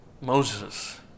Moses